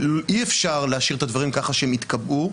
אי אפשר להשאיר את הדברים ככה שהם יתקבעו,